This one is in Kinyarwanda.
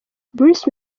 bruce